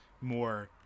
more